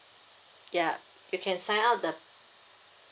ya you can sign up the